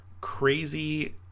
crazy